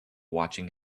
watching